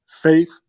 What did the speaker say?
faith